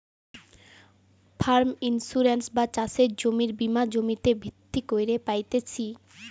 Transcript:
farm insurance বা চাষের জমির বীমা জমিতে ভিত্তি কইরে পাইতেছি